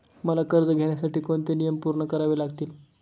मला कर्ज घेण्यासाठी कोणते नियम पूर्ण करावे लागतील?